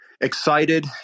Excited